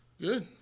good